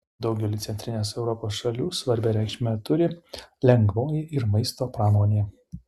daugeliui centrinės europos šalių svarbią reikšmę turi lengvoji ir maisto pramonė